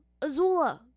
Azula